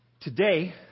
Today